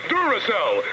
Duracell